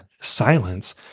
silence